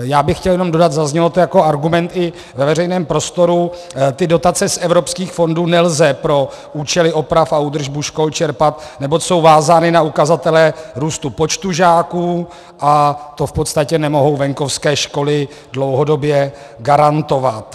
Já bych chtěl jenom dodat, zaznělo to jako argumenty ve veřejném prostoru, dotace z evropských fondů nelze pro účely oprav a údržbu škol čerpat, neboť jsou vázány na ukazatele růstu počtu žáků a to v podstatě nemohou venkovské školy dlouhodobě garantovat.